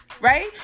right